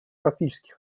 практический